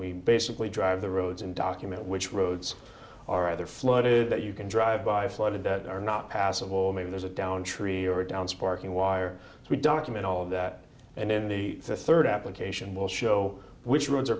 we basically drive the roads and document which roads are either flooded that you can drive by flooded or not passable maybe there's a downed tree or down sparking wire to document all of that and then the third application will show which roads are